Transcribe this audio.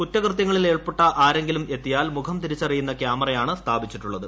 കുറ്റക്ട്യങ്ങളിൽ ഉൾപ്പെട്ട ആരെങ്കിലും എത്തിയാൽ മുഖം തിരിച്ചറിയുന്ന് ക്യാമറയാണ് സ്ഥാപിച്ചിട്ടുള്ളത്